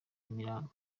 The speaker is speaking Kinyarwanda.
nyamirambo